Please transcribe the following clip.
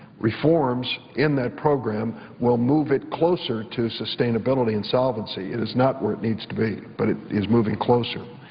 reforms in that program will move it closer to sustainability and solvency. it is not where it needs to be but it is moving closer.